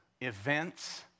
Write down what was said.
events